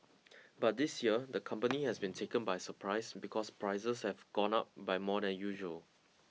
but this year the company has been taken by surprise because prices have gone up by more than usual